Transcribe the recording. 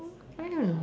I mean I don't know